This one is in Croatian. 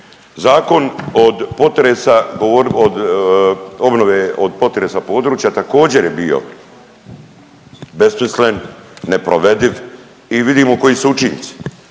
Zakon od potresa, od obnove od potresa područja također, je bio besmislen, neprovediv i vidimo koji su učinci.